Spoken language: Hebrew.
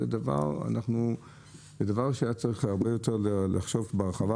זה דבר שהיה צריך הרבה יותר לחשוב בהרחבה